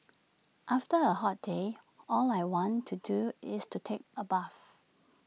after A hot day all I want to do is to take A bath